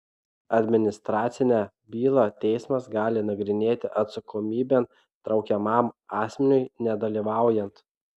administracinę bylą teismas gali nagrinėti atsakomybėn traukiamam asmeniui nedalyvaujant